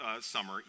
summer